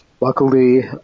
Luckily